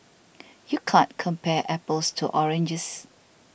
you can't compare apples to oranges